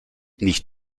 nicht